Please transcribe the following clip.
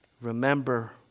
Remember